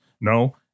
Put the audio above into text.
no